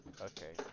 Okay